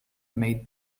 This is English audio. make